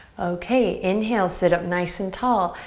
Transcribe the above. okay, inhale, sit up nice and tall.